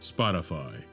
Spotify